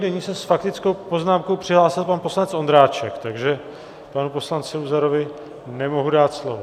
Nyní se s faktickou poznámkou přihlásil pan poslanec Ondráček, takže panu poslanci Luzarovi nemohu dát slovo.